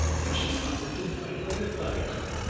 which the other denied like a thunder-clap.